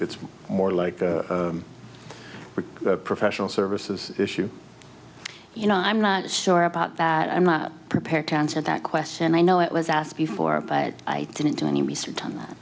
it's more like the professional services issue you know i'm not sure about that i'm not prepared to answer that question and i know it was asked before but i didn't do any research on that